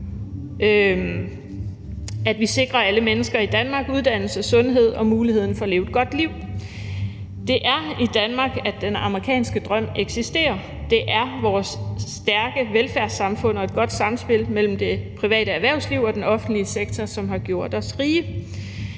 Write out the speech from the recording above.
sikrer alle mennesker i Danmark uddannelse, sundhed og muligheden for at leve et godt liv. Det er i Danmark, at den amerikanske drøm eksisterer. Det er vores stærke velfærdssamfund og et godt samspil mellem det private erhvervsliv og den offentlige sektor, som har gjort os rige.